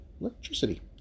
electricity